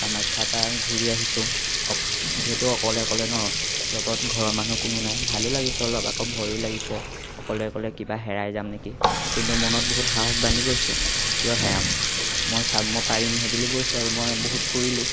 কামাখ্যাৰপৰা ঘূৰি আহিছোঁ যিহেতু অকলে অকলে ন লগত ঘৰৰ মানুহ কোনো নাই ভালো লাগিছে অলপ আকৌ ভয়ো লাগিছে অকলে অকলে কিবা হেৰাই যাম নেকি কিন্তু মনত বহুত সাহস বান্ধি গৈছোঁ কিয় হেৰাম মই চাম মই পাৰিম সেইবুলি গৈছোঁ আৰু মই বহুত ফুৰিলোঁ